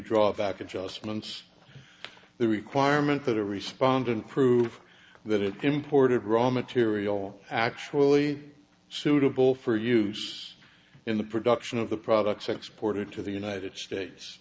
drawback adjustments the requirement that a respondent prove that it imported raw material actually suitable for use in the production of the products exported to the united states